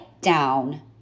down